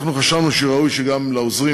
אנחנו חשבנו שראוי שגם העוזרים,